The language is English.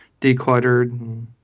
decluttered